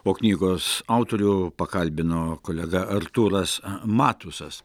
o knygos autorių pakalbino kolega artūras matusas